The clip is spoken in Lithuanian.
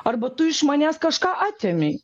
arba tu iš manęs kažką atėmei